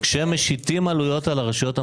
אנחנו נצטרך לעשות על זה דיון.